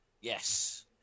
Yes